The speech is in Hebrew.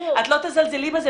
את לא תזלזלי בזה,